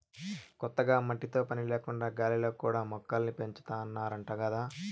కొత్తగా మట్టితో పని లేకుండా గాలిలో కూడా మొక్కల్ని పెంచాతన్నారంట గదా